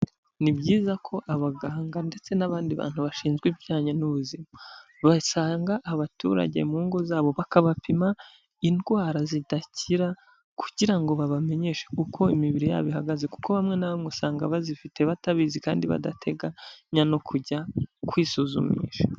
Ni byiza ko abaganga ndetse n'abandi bantu bashinzwe ibijyanye n'ubuzima, basanga abaturage mu ngo zabo bakabapima indwara zidakira kugira ngo babamenyeshe uko imibiri yabo ihagaze kuko bamwe na bamwe usanga bazifite batabizi kandi badateganya no kujya kwisuzumisha.